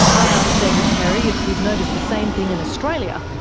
i ask david perry if he's noticed the same thing in australia,